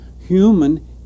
human